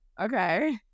okay